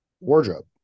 wardrobe